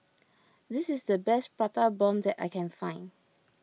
this is the best Prata Bomb that I can find